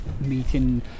meeting